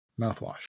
mouthwash